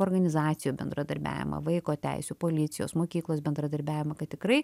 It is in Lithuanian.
organizacijų bendradarbiavimą vaiko teisių policijos mokyklos bendradarbiavimą kad tikrai